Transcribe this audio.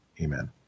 Amen